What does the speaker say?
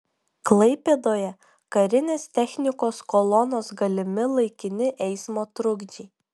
klaipėdoje karinės technikos kolonos galimi laikini eismo trukdžiai